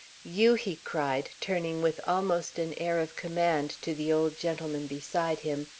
you, he cried, turning with almost an air of command to the old gentleman beside him,